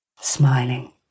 smiling